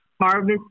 Harvest